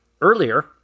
earlier